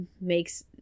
makes